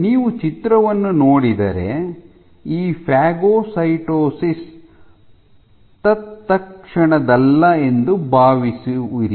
ನೀವು ಚಿತ್ರವನ್ನು ನೋಡಿದರೆ ಈ ಫಾಗೊಸೈಟೋಸಿಸ್ ತತ್ಕ್ಷಣದಲ್ಲ ಎಂದು ಭಾವಿಸುವಿರಿ